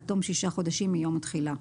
עד תום שישה חודשים מיום התחילה.